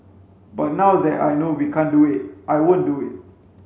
but now that I know we can't do it I won't do it